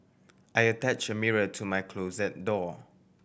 I attach a mirror to my closet door